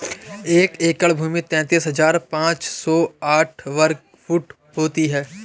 एक एकड़ भूमि तैंतालीस हज़ार पांच सौ साठ वर्ग फुट होती है